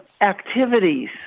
activities